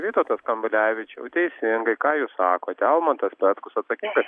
vytautas kamblevičiau teisingai ką jūs sakote almantas petkus atsakingas